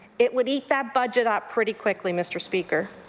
it would eat that budget up pretty quickly, mr. speaker.